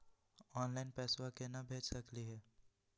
Online पैसवा केना भेज सकली हे?